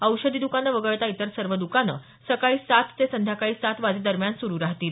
औषधी दकानं वगळता इतर सर्व दकानं सकाळी सात ते संध्याकाळी सात वाजेदरम्यान सुरू ठेवण्यात येतील